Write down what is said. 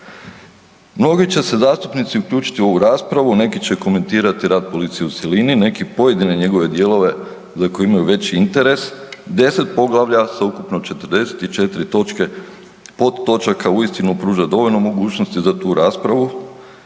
Mnogi će se zastupnici uključiti u ovu raspravu, neki će komentirati rad policije u cjelini, neki pojedine njegove dijelove za koje imaju veći interes, 10 poglavlja sa ukupno 44 točke, podtočaka uistinu pruža dovoljno mogućnosti za tu raspravu,